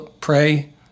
pray